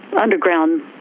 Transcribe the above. underground